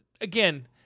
again